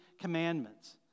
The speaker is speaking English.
commandments